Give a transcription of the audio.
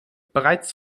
bereits